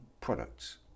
products